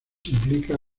implica